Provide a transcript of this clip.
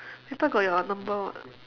paper got your number [what]